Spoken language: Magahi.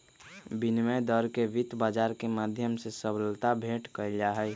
विनिमय दर के वित्त बाजार के माध्यम से सबलता भेंट कइल जाहई